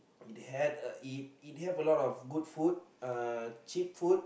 they had uh it have a lot of good food uh cheap food